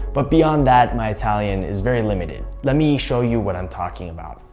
but beyond that my italian is very limited. let me show you what i'm talking about.